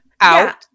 out